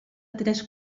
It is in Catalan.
tres